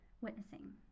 witnessing